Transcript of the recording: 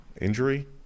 Injury